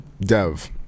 Dev